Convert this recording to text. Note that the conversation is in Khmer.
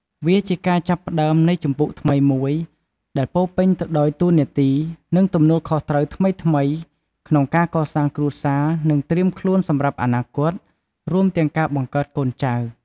វាជាការចាប់ផ្តើមនៃជំពូកថ្មីមួយ ដែលពោរពេញទៅដោយតួនាទី និងទំនួលខុសត្រូវថ្មីៗ ក្នុងការកសាងគ្រួសារ និងត្រៀមខ្លួនសម្រាប់អនាគត រួមទាំងការបង្កើតកូនចៅ។